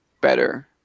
better